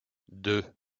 deux